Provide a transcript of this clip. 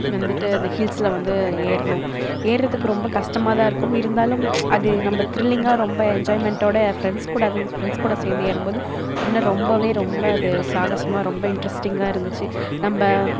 வந்துட்டு அந்த ஹில்ஸில் வந்து ஏறினோம் ஏறுகிறதுக்கு ரொம்ப கஷ்டமாக தான் இருக்கும் இருந்தாலும் அது நம்ம த்ரில்லிங்காக ரொம்ப என்ஜாய்மெண்ட்டோடு ஃப்ரெண்ட்ஸ் கூட அதுவும் ஃப்ரெண்ட்ஸ் கூட சேர்ந்து ஏறும்போது இன்னும் ரொம்ப ரொம்ப அது சாகசமாக ரொம்ப இன்ட்ரெஸ்டிங்காக இருந்துச்சு நம்ம